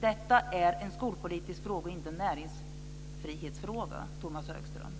Detta är en skolpolitisk fråga, inte en näringsfrihetsfråga, Tomas Högström.